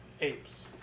apes